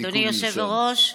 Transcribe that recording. התיקון נרשם.